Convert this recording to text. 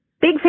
big